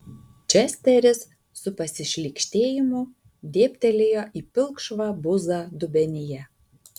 česteris su pasišlykštėjimu dėbtelėjo į pilkšvą buzą dubenyje